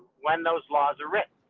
when those laws are written